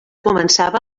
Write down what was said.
començava